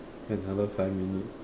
another five minute